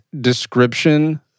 description